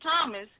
Thomas